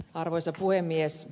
arvoisa puhemies